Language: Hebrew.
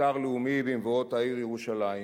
כאתר לאומי במבואות העיר ירושלים